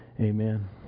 Amen